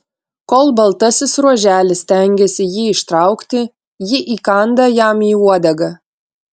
kol baltasis ruoželis stengiasi jį ištraukti ji įkanda jam į uodegą